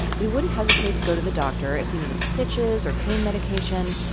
we wouldn't hesitate to go to the doctor if we needed stitches or pain medication.